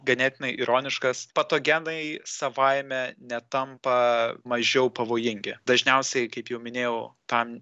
ganėtinai ironiškas patogenai savaime netampa mažiau pavojingi dažniausiai kaip jau minėjau tam